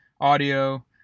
audio